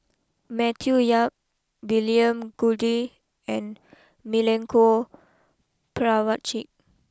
Matthew Yap William Goode and Milenko Prvacki